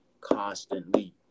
constantly